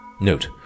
note